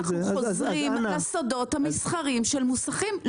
אז אנחנו חוזרים על הסודות המסחריים של מוסכים.